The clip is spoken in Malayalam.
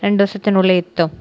രണ്ട് ദിവസത്തിനുള്ളിൽ എത്തും